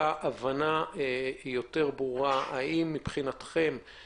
הבנה מעמיקה יותר מבחינת משרד הבריאות לגבי תועלת